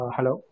Hello